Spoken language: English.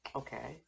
okay